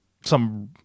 some-